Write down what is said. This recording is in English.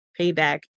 payback